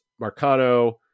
Marcano